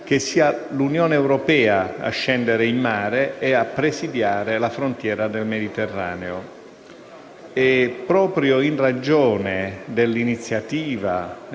che sia l'Unione europea a scendere in mare e a presidiare la frontiera del Mediterraneo.